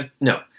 No